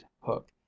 hook